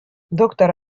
доктор